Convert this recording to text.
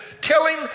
telling